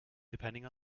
depending